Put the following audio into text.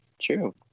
True